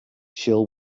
she’ll